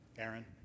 Aaron